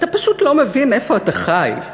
אתה פשוט לא מבין איפה אתה חי,